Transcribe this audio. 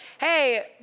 Hey